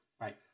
Right